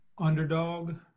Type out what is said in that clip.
underdog